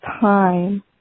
time